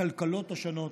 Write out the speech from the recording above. הכלכלות השונות,